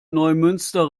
neumünster